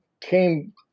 came